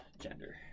gender